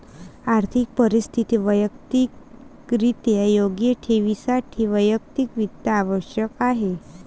आर्थिक परिस्थिती वैयक्तिकरित्या योग्य ठेवण्यासाठी वैयक्तिक वित्त आवश्यक आहे